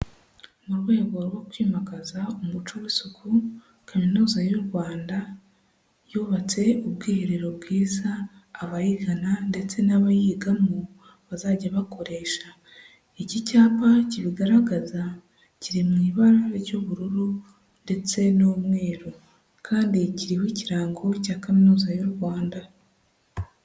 Mu rwego rwo kwimakaza umuco w'isuku, kaminuza y'u Rwanda yubatse ubwiherero bwiza, abayigana ndetse n'abayigamo bazajya bakoresha, iki cyapa kibigaragaza kiri mu ibara ry'ubururu ndetse n'umweru, kandi kiriho ikirango cya kaminuza y'u Rwanda.